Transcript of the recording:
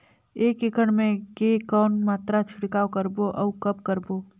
एक एकड़ मे के कौन मात्रा छिड़काव करबो अउ कब करबो?